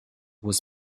was